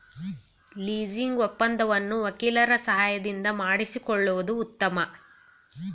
leasing ಒಪ್ಪಂದವನ್ನು ವಕೀಲರ ಸಹಾಯದಿಂದ ಮಾಡಿಸಿಕೊಳ್ಳುವುದು ಉತ್ತಮ